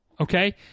Okay